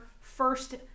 first